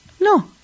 No